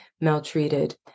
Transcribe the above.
maltreated